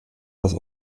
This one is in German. das